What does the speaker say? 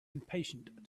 impatient